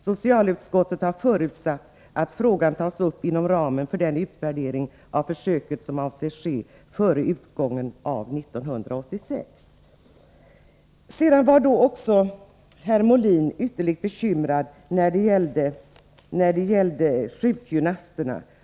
Socialutskottet har förutsatt att frågan tas upp inom ramen för den utvärdering av försöket som avses ske före utgången av nämnda år.” Björn Molin var också ytterst bekymrad beträffande sjukgymnasterna.